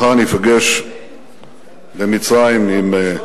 מחר אני אפגש במצרים, פגישות,